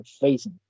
facing